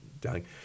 dying